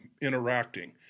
interacting